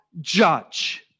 judge